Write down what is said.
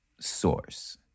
source